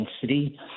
density